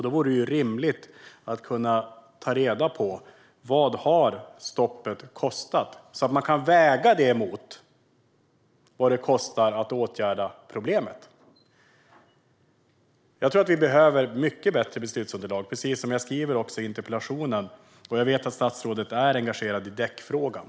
Då vore det rimligt att kunna ta reda på vad stoppet har kostat så att man kan väga det mot vad det kostar att åtgärda problemet. Jag tror att vi behöver mycket bättre beslutsunderlag, precis som jag skriver i interpellationen, och jag vet att statsrådet är engagerad i däckfrågan.